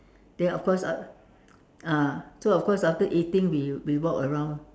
then of course uh ah so of course after eating we we walk around